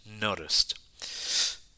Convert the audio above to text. noticed